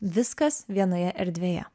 viskas vienoje erdvėje